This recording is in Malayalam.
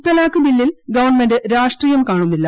മുത്തലാഖ് ബില്ലിൽ ഗവൺമെന്റ് രാഷ്ട്രീയം കാണുന്നില്ല